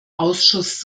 ausschuss